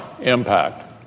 impact